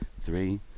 three